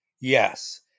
yes